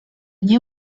nie